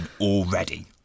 already